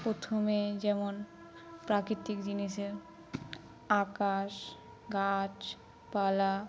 প্রথমে যেমন প্রাকৃতিক জিনিসের আকাশ গাছপালা